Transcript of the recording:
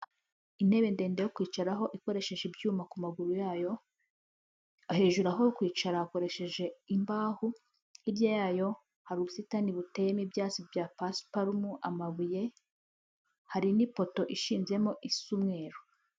Intebe ndende yo kwicaraho ikoresheje ibyuma ku maguru yayo, hejuru aho kwicara hakoresheje imbaho, hirya yayo hari ubusitani buteyemo ibyatsi bya pasiparumu, amabuye, hari n'ipoto ishinzemo isa umweru.